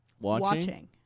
Watching